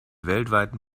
weltweiten